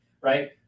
Right